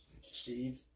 Steve